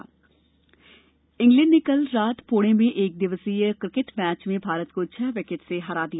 cricket England ने कल रात पुणे में दूसरे एकदिवसीय क्रिकेट मैच में भारत को छह विकेट से हरा दिया